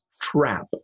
Trap